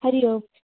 हरिः ओम्